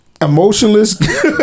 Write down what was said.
Emotionless